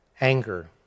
anger